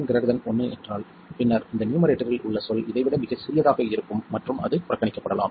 1 என்றால் பின்னர் இந்த நியூமரேட்டர்ரில் உள்ள சொல் இதை விட மிகச் சிறியதாக இருக்கும் மற்றும் அது புறக்கணிக்கப்படலாம்